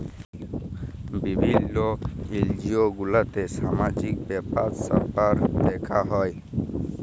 বিভিল্য এনজিও গুলাতে সামাজিক ব্যাপার স্যাপার দ্যেখা হ্যয়